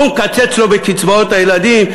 הוא מקצץ לו בקצבאות הילדים,